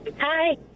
Hi